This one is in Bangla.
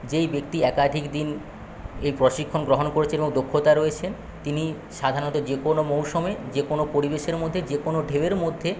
যেই ব্যক্তি একাধিক দিন এই প্রশিক্ষণ গ্রহণ করেছেন এবং দক্ষতা রয়েছেন তিনি সাধারণত যে কোন মরসুমে যে কোনো পরিবেশের মধ্যে যে কোনো ঢেউয়ের মধ্যে